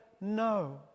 no